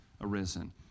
arisen